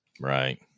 Right